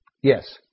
Yes